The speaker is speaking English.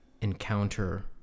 encounter